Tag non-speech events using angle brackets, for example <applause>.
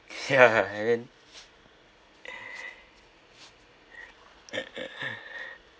<laughs> ya and then <laughs>